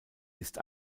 ist